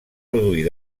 produir